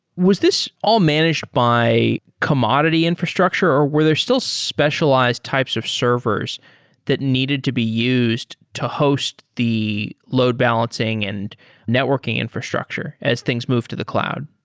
was this all managed by commodity infrastructure, or were there still specialized types of servers that needed to be used to host the load balancing and networking infrastructure as things move to the cloud?